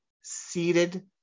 seated